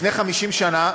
לפני 50 שנה,